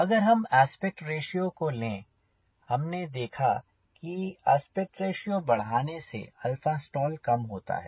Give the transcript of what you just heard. अगर हम aspect ratio को ले हमने देखा है कि आस्पेक्ट रेश्यो बढ़ाने से stall कम होता है